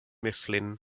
mifflin